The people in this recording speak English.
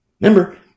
Remember